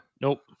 Nope